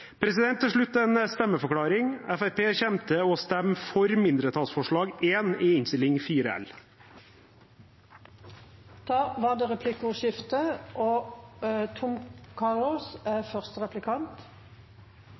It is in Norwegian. Til slutt en stemmeforklaring: Fremskrittspartiet kommer til å stemme for mindretallsforslag nr. 1 i Innst. 4 L for 2020–2021. Det blir replikkordskifte.